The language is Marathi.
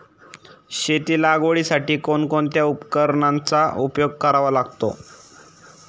शेती लागवडीसाठी कोणकोणत्या उपकरणांचा उपयोग करावा लागतो?